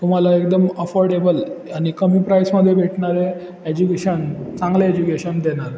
तुम्हाला एकदम अफोर्डेबल आणि कमी प्राईसमध्ये भेटणारे एज्युकेशन चांगलं एज्युकेशन देणार